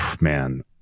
man